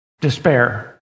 despair